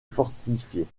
fortifiée